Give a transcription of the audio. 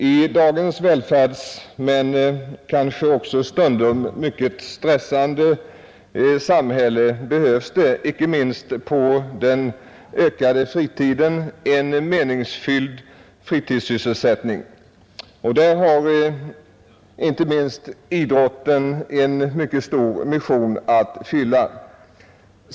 I dagens välfärdssamhälle, som stundom kan vara mycket stressande, behövs en meningsfylld sysselsättning på den ökade fritiden. Där har inte minst idrotten en mycket stor mission att fylla.